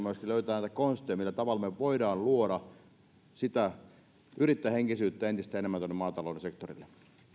myöskin löytää näitä konsteja millä tavalla me voimme luoda sitä yrittäjähenkisyyttä entistä enemmän maatalouden sektorille